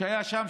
שהיה שם,